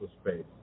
space